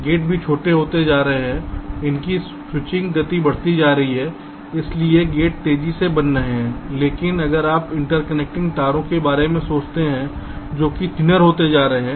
gate भी छोटे होते जा रहे हैं उनकी स्विचिंग गति बढ़ रही है इसलिए गेट तेजी से बन रहे हैं लेकिन अगर आप इंटरकनेक्टिंग तारों के बारे में सोचते हैं तो वे थिनर होते जा रहे हैं